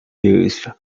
used